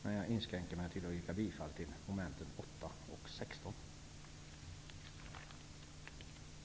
Men jag inskränker mig till att yrka bifall till mom. 8 och 16 i utskottets hemställan.